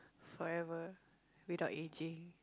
forever without aging